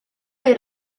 est